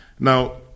Now